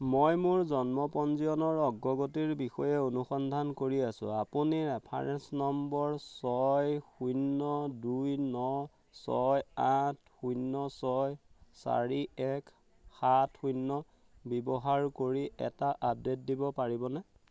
মই মোৰ জন্ম পঞ্জীয়নৰ অগ্ৰগতিৰ বিষয়ে অনুসন্ধান কৰি আছোঁ আপুনি ৰেফাৰেন্স নম্বৰ ছয় শূন্য দুই ন ছয় আঠ শূন্য ছয় চাৰি এক সাত শূন্য ব্যৱহাৰ কৰি এটা আপডেট দিব পাৰিবনে